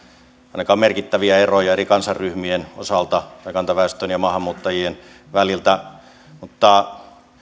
ainakaan merkittäviä eroja eri kansanryhmien osalta tai kantaväestön ja maahanmuuttajien välillä mutta